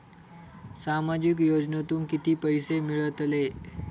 सामाजिक योजनेतून किती पैसे मिळतले?